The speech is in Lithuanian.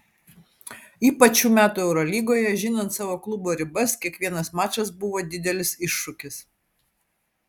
ypač šių metų eurolygoje žinant savo klubo ribas kiekvienas mačas buvo didelis iššūkis